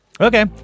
Okay